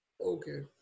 Okay